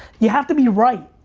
you have to be right.